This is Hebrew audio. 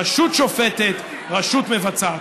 רשות שופטת, רשות מבצעת.